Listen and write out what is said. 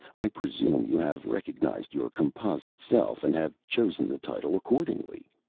i presume you have recognized your composite self, and have chosen the title accordingly.